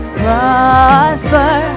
prosper